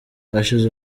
hashize